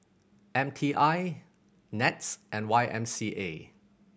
M T I NETS and Y M C A